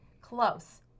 Close